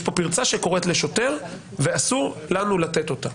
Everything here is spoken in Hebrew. יש פה פרצה שקוראת לשוטר ואסור לנו לתת אותה.